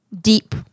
deep